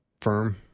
firm